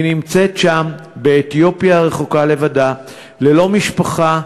היא נמצאת שם באתיופיה הרחוקה לבדה, ללא משפחה,